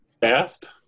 Fast